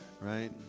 right